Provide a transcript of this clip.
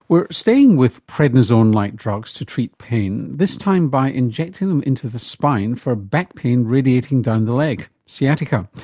we're staying with prednisone-like drugs to treat pain, this time by injecting them into the spine for back pain radiating down the leg sciatica.